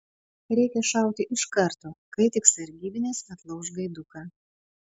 reikia šauti iš karto kai tik sargybinis atlauš gaiduką